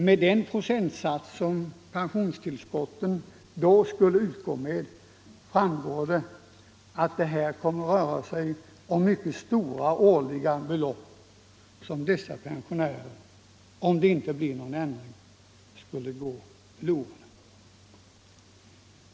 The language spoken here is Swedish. Med den procentsats som pensionstill Nr 134 skotten då skulle utgå med kommer det att röra sig om mycket stora Onsdagen den årliga belopp som dessa pensionärer — om det inte blir någon ändring 4 december 1974 — skulle gå miste om.